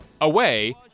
AWAY